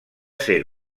ser